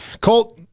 Colt